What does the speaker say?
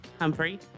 Humphrey